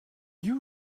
you